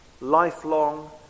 lifelong